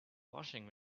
washing